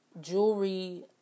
jewelry